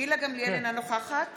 גילה גמליאל, אינה נוכחת